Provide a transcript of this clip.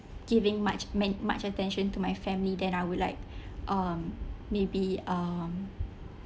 giving much meant much attention to my family that I would like um maybe um